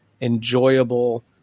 enjoyable